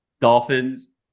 dolphins